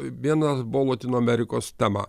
vienas buvo lotynų amerikos tema